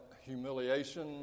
humiliation